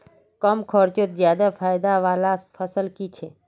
कम खर्चोत ज्यादा फायदा वाला फसल की छे?